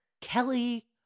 Kelly